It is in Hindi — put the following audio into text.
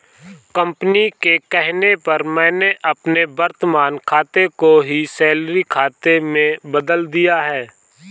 कंपनी के कहने पर मैंने अपने वर्तमान खाते को ही सैलरी खाते में बदल लिया है